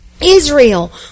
Israel